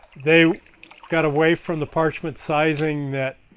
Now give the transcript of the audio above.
they got away from the parchment sizing,